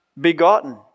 begotten